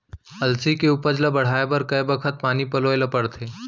अलसी के उपज ला बढ़ए बर कय बखत पानी पलोय ल पड़थे?